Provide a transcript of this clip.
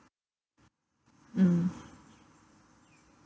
mm